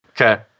Okay